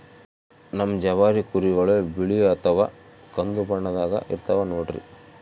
ನಮ್ ಜವಾರಿ ಕುರಿಗಳು ಬಿಳಿ ಅಥವಾ ಕಂದು ಬಣ್ಣದಾಗ ಇರ್ತವ ನೋಡ್ರಿ